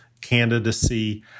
candidacy